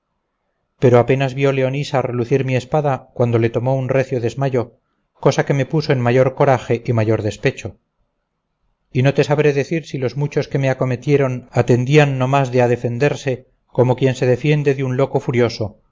pero apenas vio leonisa relucir mi espada cuando le tomó un recio desmayo cosa que me puso en mayor coraje y mayor despecho y no te sabré decir si los muchos que me acometieron atendían no más de a defenderse como quien se defiende de un loco furioso